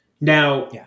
Now